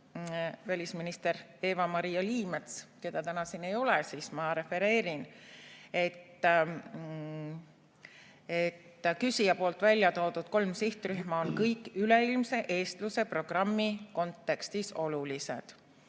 välisminister Eva-Maria Liimets, keda täna siin ei ole, siis ma refereerin. Küsija väljatoodud kolm sihtrühma on kõik üleilmse eestluse programmi kontekstis olulised.